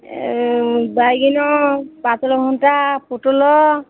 ଏ ବାଇଗଣ ପାତାଳକଣ୍ଚା ପୋଟଳ